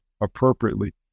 appropriately